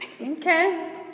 Okay